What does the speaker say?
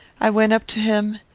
i went up to him,